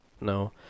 No